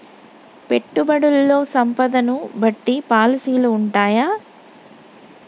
పెట్టుబడుల్లో సంపదను బట్టి పాలసీలు ఉంటయా?